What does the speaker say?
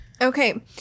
Okay